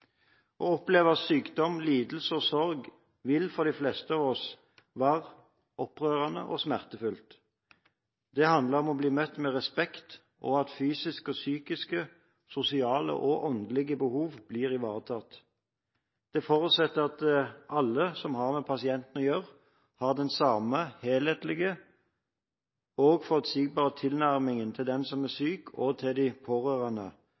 å oppleve sykdom, lidelse og sorg vil for de fleste av oss være opprørende og smertefullt. Det handler om å bli møtt med respekt, og om at fysiske, psykiske, sosiale og åndelige behov blir ivaretatt. Det forutsetter at alle som har med pasienten å gjøre, har den samme helhetlige og forutsigbare tilnærmingen til den som er syk og til de pårørende,